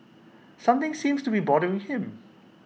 something seems to be bothering him